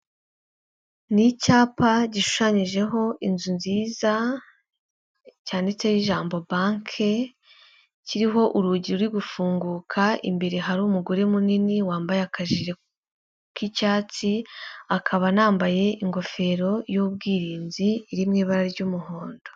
Ni icyapa gishushanyijeho inzu nziza, cyanditseho ijambo banki, kiriho urugi ruri gufunguka, imbere hari umugore munini wambaye akajire k'icyatsi, akaba anambaye ingofero y'ubwirinzi iri mu ibara ry'umuhondo.